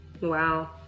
Wow